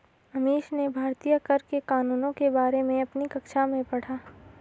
अमीश ने भारतीय कर के कानूनों के बारे में अपनी कक्षा में पढ़ा